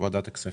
ועדת הכספים.